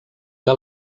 que